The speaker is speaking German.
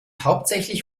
hauptsächlich